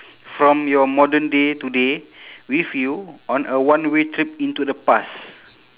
from your modern day today with you on a one way trip into the past